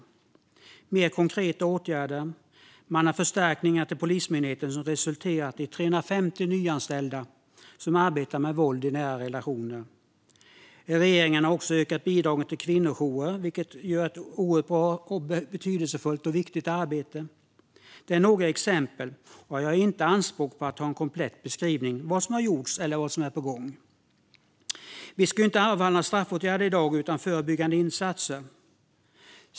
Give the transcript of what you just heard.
Andra exempel på konkreta åtgärder är förstärkningarna till Polismyndigheten, som resulterat i 350 nyanställda som arbetar med våld i nära relationer. Regeringen har också ökat bidragen till kvinnojourer, vilka gör ett oerhört bra, betydelsefullt och viktigt arbete. Detta är några exempel. Jag gör inte anspråk på att ha en komplett beskrivning av vad som gjorts eller vad som är på gång. Vi ska inte avhandla straffåtgärder i dag utan förebyggande insatser.